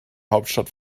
hauptstadt